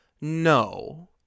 no